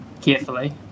carefully